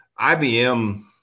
IBM